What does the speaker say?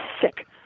sick